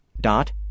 dot